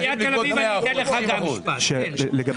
העניין